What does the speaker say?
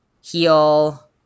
heal